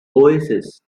oasis